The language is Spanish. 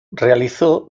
realizó